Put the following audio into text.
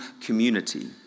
community